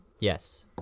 Yes